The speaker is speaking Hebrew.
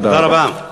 תודה רבה.